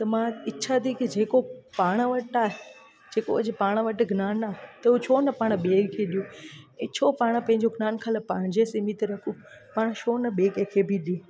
त मां इछा थी की जेको पाण वटि आहे जेको अॼु पाण वटि ज्ञान आहे त उहा छो न पाण ॿिए खे ॾियूं छो पाण पंहिंजो ज्ञान ख़ाली पाण जे सीमित रखूं पाण छो न ॿिए कंहिंखें बि ॾियूं